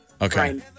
Okay